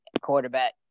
Quarterback